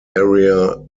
area